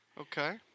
Okay